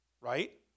Right